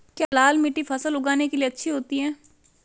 क्या लाल मिट्टी फसल उगाने के लिए अच्छी होती है?